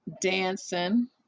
Dancing